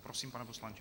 Prosím, pane poslanče.